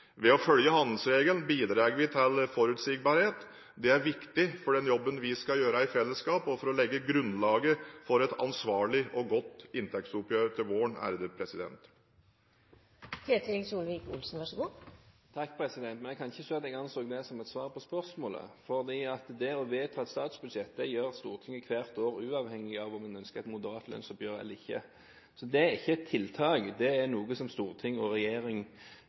Ved å følge handlingsregelen bidrar vi til forutsigbarhet. Dette er viktig for den jobben vi skal gjøre i fellesskap, og for å legge grunnlaget for et ansvarlig og godt inntektsoppgjør til våren. Takk, men jeg kan ikke skjønne at han anser det som et svar på spørsmålet, for det å vedta et statsbudsjett gjør Stortinget hvert år uavhengig av om en ønsker et moderat lønnsoppgjør eller ikke. Så det er ikke et tiltak; det er noe som storting og regjering